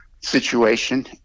situation